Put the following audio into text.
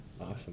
awesome